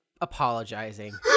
apologizing